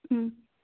ꯎꯝ